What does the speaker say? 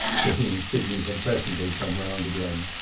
to whom sidney had presently come round again.